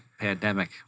pandemic